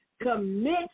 Commit